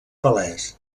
palès